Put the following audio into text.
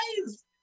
guys